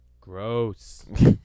Gross